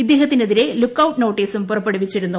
ഇദ്ദേഹത്തിനെതിരെ look out notice പുറപ്പെടുവിച്ചിരുന്നു